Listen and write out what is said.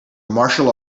martial